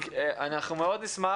אנחנו מאוד נשמח,